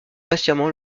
patiemment